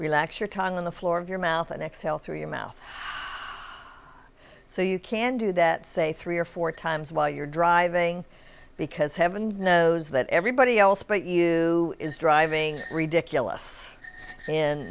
relax your tongue on the floor of your mouth and exhale through your mouth so you can do that say three or four times while you're driving because heaven knows that everybody else but you is driving ridiculous